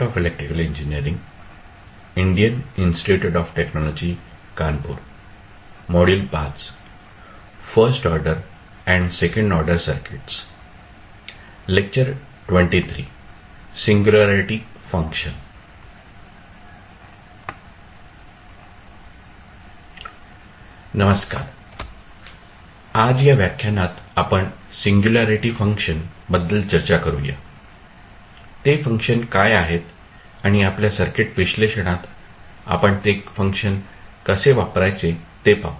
आज या व्याख्यानात आपण सिंगुल्यारीटी फंक्शन बद्दल चर्चा करूया ते फंक्शन काय आहेत आणि आपल्या सर्किट विश्लेषणात आपण ते फंक्शन कसे वापरायचे ते पाहू